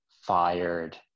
fired